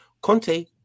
Conte